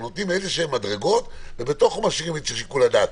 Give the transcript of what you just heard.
הם נותנים מדרגות כלשהן ובתוכן משאירים את שיקול הדעת,